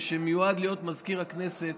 שמיועד להיות מזכיר הכנסת,